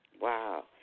Wow